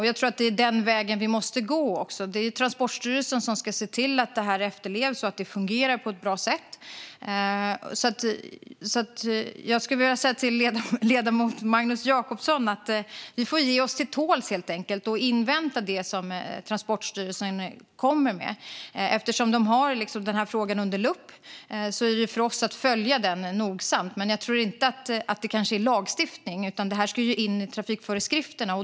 Jag tror att det är den väg vi måste gå. Det är Transportstyrelsen som ska se till att det här efterlevs och att det fungerar på ett bra sätt. Jag skulle vilja säga till ledamoten Magnus Jacobsson att vi helt enkelt får ge oss till tåls och invänta det som Transportstyrelsen kommer med eftersom de har den här frågan under lupp. Det är vår uppgift att följa den nogsamt. Men jag tror inte att det handlar om lagstiftning, utan det här ska in i trafikföreskrifterna.